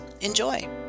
Enjoy